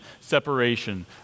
separation